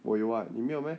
我有 [what] 你没有 meh